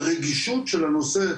שהרגישות של הנושא,